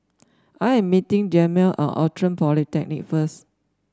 I am meeting Jameel at Outram Polyclinic first